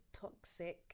toxic